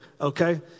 okay